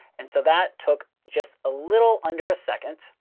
and so that took just a little under a second.